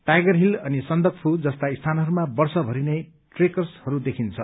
tiger Hill अनि सन्दकफू जस्ता स्थानहरूमा वर्षभरि नै ट्रेकर्सहरू देखिन्छ